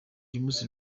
james